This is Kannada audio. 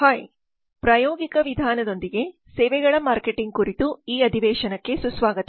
ಹಾಯ್ ಪ್ರಾಯೋಗಿಕ ವಿಧಾನದೊಂದಿಗೆ ಸೇವೆಗಳ ಮಾರ್ಕೆಟಿಂಗ್ ಕುರಿತು ಈ ಅಧಿವೇಶನಕ್ಕೆ ಸುಸ್ವಾಗತ